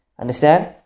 Understand